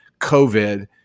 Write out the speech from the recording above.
COVID